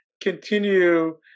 continue